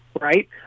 right